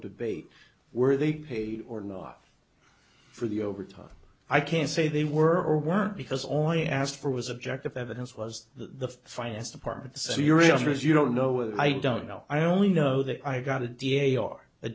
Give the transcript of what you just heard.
debate were they paid or not for the over top i can't say they were or weren't because only asked for was objective evidence was the finance department so your realtors you don't know i don't know i only know that i got a da a